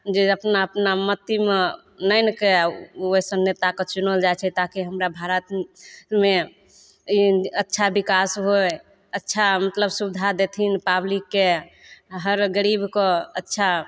जे अपना अपना मतिमे आनिके वइसन नेताके चुनल जाइ छै ताकि हमरा भारतमे ई अच्छा विकास होइ अच्छा मतलब सुविधा देथिन पब्लिकके हर गरीबके अच्छा